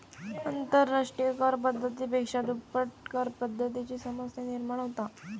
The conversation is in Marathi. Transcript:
आंतरराष्ट्रिय कर पद्धती पेक्षा दुप्पट करपद्धतीची समस्या निर्माण होता